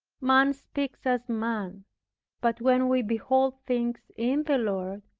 man speaks as man but when we behold things in the lord,